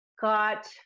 got